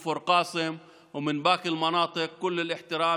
מכפר קאסם ומשאר האזורים: כל הכבוד.